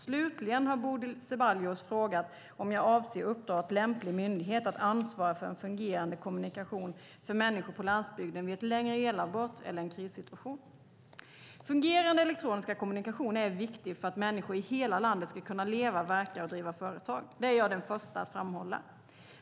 Slutligen har Bodil Ceballos frågat om jag avser att uppdra åt lämplig myndighet att ansvara för en fungerande kommunikation för människor på landsbygden vid ett längre elavbrott eller en krissituation. Fungerande elektroniska kommunikationer är viktiga för att människor i hela landet ska kunna leva, verka och driva företag. Det är jag den första att framhålla.